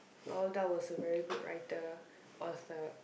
Roald-Dahl was a very good writer author